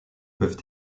peuvent